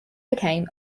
became